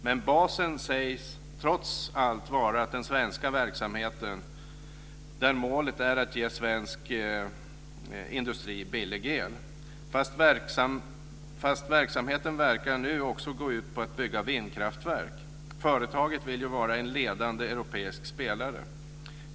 Men basen sägs trots allt vara den svenska verksamheten där målet är att ge svensk industri billig el. Fast verksamheten verkar nu också gå ut på att bygga vindkraftverk. Företaget vill ju vara en ledande europeisk spelare.